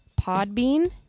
Podbean